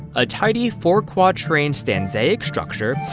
a tidy, four-quatrain stanzaic structure,